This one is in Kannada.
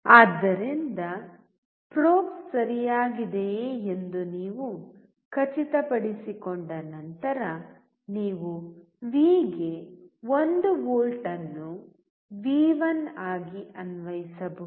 ಆದ್ದರಿಂದ ಪ್ರೋಬ್ಸ್ ಸರಿಯಾಗಿದೆಯೆ ಎಂದು ನೀವು ಖಚಿತಪಡಿಸಿಕೊಂಡ ನಂತರ ನೀವು ವಿ ಗೆ 1 ವೋಲ್ಟ್ ಅನ್ನು ವಿ1ಆಗಿ ಅನ್ವಯಿಸಬಹುದು